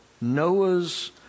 Noah's